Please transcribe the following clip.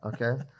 okay